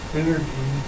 energy